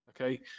Okay